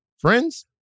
friends